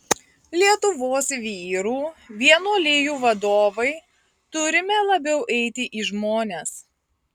lietuvos vyrų vienuolijų vadovai turime labiau eiti į žmones